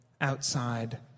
outside